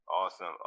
Awesome